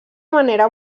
manera